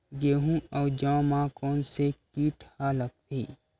गेहूं अउ जौ मा कोन से कीट हा लगथे?